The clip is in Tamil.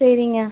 சரிங்க